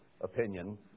opinion